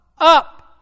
up